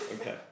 Okay